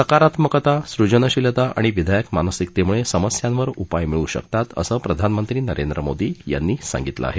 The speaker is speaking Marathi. सकारात्मकता सृजनशीलता आणि विधायक मानसिकतेमुळे समस्यांवर उपाय मिळू शकतात असं प्रधानमंत्री नरेंद्र मोदी यांनी सांगितलं आहे